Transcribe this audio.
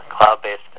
cloud-based